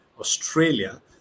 Australia